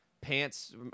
pants